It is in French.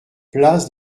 place